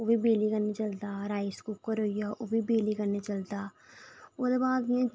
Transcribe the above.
ओह्बी बिजली कन्नै चलदा राइस कूकर होइया ओह्बी बिजली कन्नै चलदा ओह्दे बाद इं'या